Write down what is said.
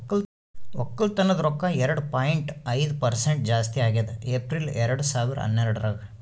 ಒಕ್ಕಲತನದ್ ರೊಕ್ಕ ಎರಡು ಪಾಯಿಂಟ್ ಐದು ಪರಸೆಂಟ್ ಜಾಸ್ತಿ ಆಗ್ಯದ್ ಏಪ್ರಿಲ್ ಎರಡು ಸಾವಿರ ಹನ್ನೆರಡರಾಗ್